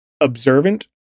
observant